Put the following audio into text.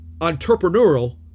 entrepreneurial